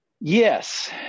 Yes